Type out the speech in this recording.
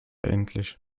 endlich